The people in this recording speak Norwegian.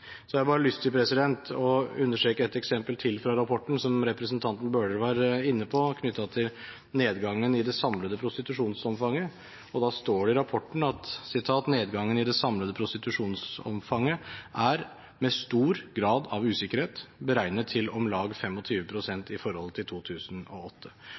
Jeg har lyst til å understreke et eksempel til fra rapporten, som representanten Bøhler var inne på, knyttet til nedgangen i det samlede prostitusjonsomfanget. Det står i rapporten: «Nedgangen i det samlede prostitusjonsomfanget er – med stor grad av usikkerhet – beregnet til omlag 25 prosent i forhold til 2008.»